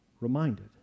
reminded